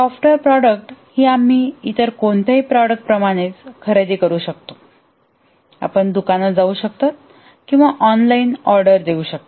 software product ही आम्ही इतर कोणत्याही प्रॉडक्ट प्रमाणेच खरेदी करू शकतो आपण दुकानात जाऊ शकता किंवा ऑनलाइन ऑर्डर देऊ शकता